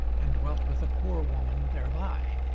and dwelt with a poor woman thereby.